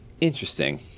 interesting